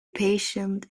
patient